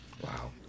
wow